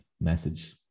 message